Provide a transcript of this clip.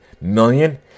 million